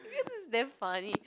I feel this is damn funny